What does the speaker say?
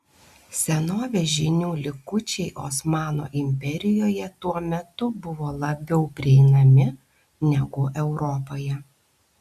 senovės žinių likučiai osmanų imperijoje tuo metu buvo labiau prieinami negu europoje